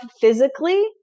physically